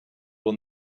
will